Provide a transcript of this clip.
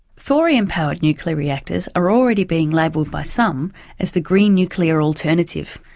thorium powered nuclear reactors are already being labelled by some as the green nuclear alternative.